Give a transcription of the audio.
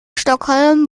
stockholm